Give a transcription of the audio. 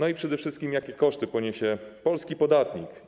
I przede wszystkim jakie koszty poniesie polski podatnik?